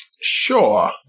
Sure